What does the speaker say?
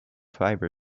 fiber